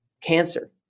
cancer